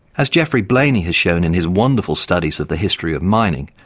as geoffrey blainey has shown in his wonderful studies of the history of mining,